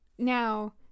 now